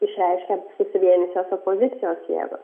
išreiškia susivienijusios opozicijos jėgos